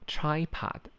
Tripod